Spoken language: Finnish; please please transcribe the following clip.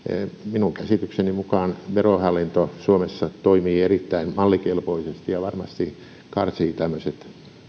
minun käsitykseni mukaan verohallinto suomessa toimii erittäin mallikelpoisesti ja varmasti karsii tämmöiset